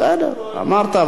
שיירשם בפרוטוקול, בסדר, אמרת.